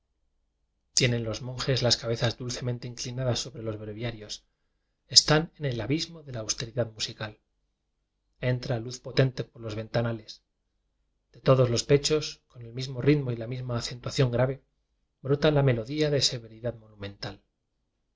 tienen los monjes las cabezas dulcemen te inclinadas sobre los breviarios están en el abismo de la austeridad musical entra luz potente por los ventanales de todos los pechos con el mismo ritmo y la misma acentuación grave brota la melodía de se veridad monumental